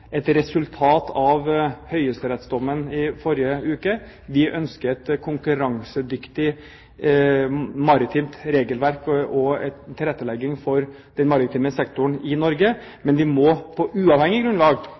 et resultat av høyesterettsdommen i forrige uke. Vi ønsker et konkurransedyktig maritimt regelverk og en tilrettelegging for den maritime sektoren i Norge, men vi må på uavhengig grunnlag